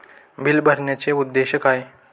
Bill भरण्याचे उद्देश काय?